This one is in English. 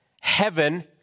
Heaven